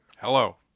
Hello